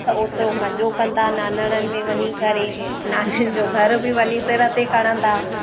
त ओतिरो मज़ो कंदा नानाणनि में वञी करे नानियुनि जो घर बि वञी सिर ते खणंदा